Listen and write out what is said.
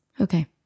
Okay